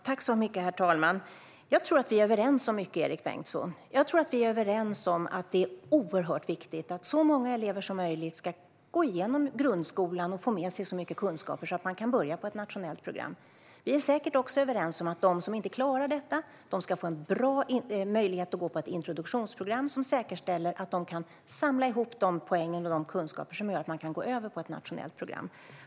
Herr talman! Jag tror att vi är överens om mycket, Erik Bengtzboe. Jag tror att vi är överens om att det är oerhört viktigt att så många elever som möjligt ska gå igenom grundskolan och få med sig så mycket kunskaper att de kan börja på ett nationellt program. Vi är säkert också överens om att de som inte klarar detta ska få en bra möjlighet att gå på ett introduktionsprogram som säkerställer att de kan samla ihop de poäng och kunskaper som gör att de kan gå över på ett nationellt program.